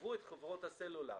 שחייבו את חברות הסלולר